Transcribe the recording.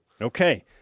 Okay